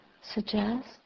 suggest